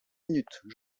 minutes